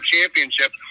championship